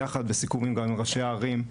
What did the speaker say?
בסיכומים גם עם ראשי הערים,